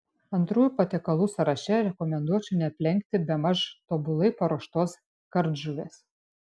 antrųjų patiekalų sąraše rekomenduočiau neaplenkti bemaž tobulai paruoštos kardžuvės